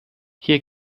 hier